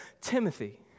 Timothy